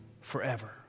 forever